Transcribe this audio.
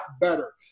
better